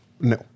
no